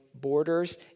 borders